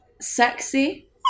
sexy